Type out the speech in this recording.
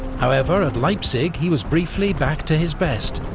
however at leipzig he was briefly back to his best,